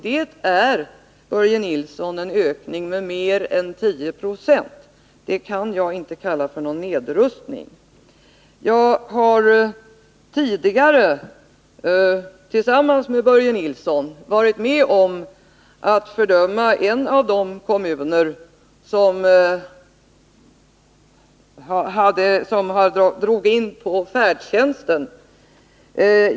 Det är, Börje Nilsson, en ökning med mer än 10 20, och det kan jag inte kalla för någon nedrustning. Jag har tidigare tillsammans med Börje Nilsson varit med om att fördöma en av de kommuner som drog in på färdtjänsten.